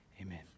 Amen